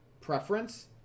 preference